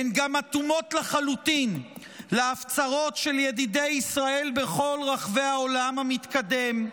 הן גם אטומות לחלוטין להפצרות של ידידי ישראל בכל רחבי העולם המתקדם,